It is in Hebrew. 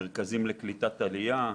מרכזים לקליטת עלייה,